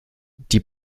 die